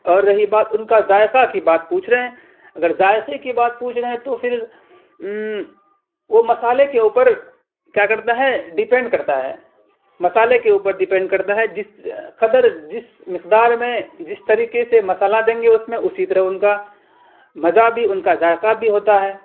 اور رہی بات ان کا ذائقہ کی بات پوچھ رہے ہیں اگر ذائقے کی بات پوچھ رہے ہیں تو پھر وہ مسالے کے اوپر کیا کرتا ہے ڈپینٹ کرتا ہے مسالے کے اوپر ڈپینٹ کرتا ہے جس قدر مقدار میں جس طریقے سے مسالہ دیں گے اس میں اسی طرح ان کا مزہ بھی ان کا ذائقہ بھی ہوتا ہے